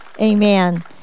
Amen